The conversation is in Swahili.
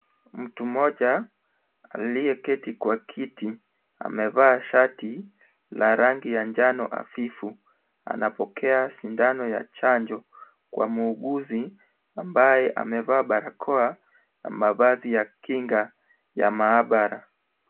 Mtu mmoja aliyeketi kwa kiti amevaa shati la rangi ya njano hafifu anapokea sindano ya chanjo kwa muuguzi ambaye amevaa barakoa na mavazi ya kinga ya maabara.